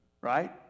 Right